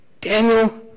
Daniel